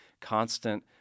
constant